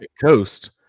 Coast